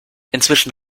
inzwischen